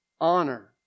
Honor